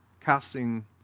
casting